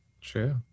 True